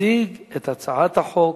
יציג את הצעת החוק